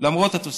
למרות התוספת.